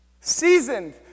seasoned